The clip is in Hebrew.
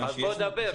שנייה --- אז בוא דבר,